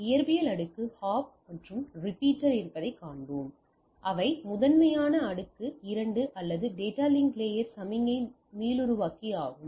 இயற்பியல் அடுக்கில் ஹப் மற்றும் ரிப்பீட்டர் இருப்பதை காண்போம் அவை முதன்மையாக அடுக்கு 2 அல்லது டேட்டா லிங்க் லாயர்ல் சமிக்ஞை மீளுருவாக்கி ஆகும்